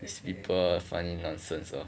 this people finding nonsense lor